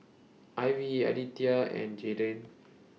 Ivy Aditya and Jaydin